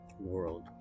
world